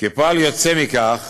כפועל יוצא מכך,